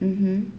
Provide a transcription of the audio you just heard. mmhmm